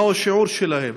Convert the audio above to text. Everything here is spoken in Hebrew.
מה השיעור שלהם?